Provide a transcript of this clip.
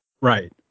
Right